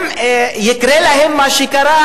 יקרה להן מה שקרה,